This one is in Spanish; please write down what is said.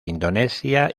indonesia